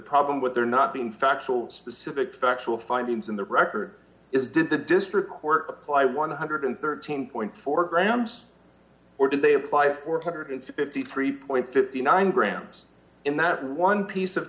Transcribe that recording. problem with there not being factual specific factual findings in the record is did the district court apply one hundred and thirteen four grams or did they apply four hundred and fifty three fifty nine grams in that one piece of